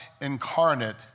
incarnate